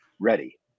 ready